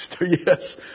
Yes